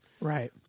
Right